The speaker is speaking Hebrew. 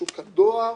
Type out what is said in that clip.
שוק הדואר,